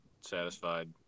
satisfied